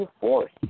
Force